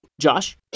Josh